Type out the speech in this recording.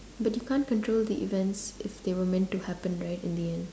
but you can't control the events if they were meant to happen right in the end